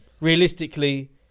realistically